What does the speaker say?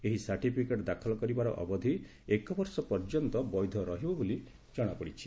ଏହି ସାର୍ଟିଫିକେଟର ଅବଧି ଦାଖଲ କରିବାରେ ଏକବର୍ଷ ପର୍ଯ୍ୟନ୍ତ ବୈଧ ରହିବ ବୋଲି ଜଣାପଡିଛି